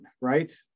right